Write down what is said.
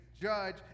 judge